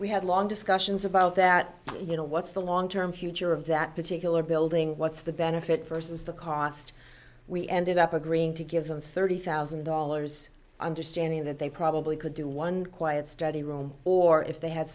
we had long discussions about that you know what's the long term future of that particular building what's the benefit first is the cost we ended up agreeing to give them thirty thousand dollars understanding that they probably could do one quiet study room or if they had